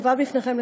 התשע"ז 2017,